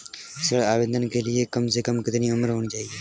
ऋण आवेदन के लिए कम से कम कितनी उम्र होनी चाहिए?